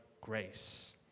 grace